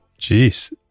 Jeez